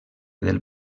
del